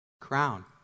Crown